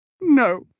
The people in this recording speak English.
No